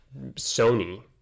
Sony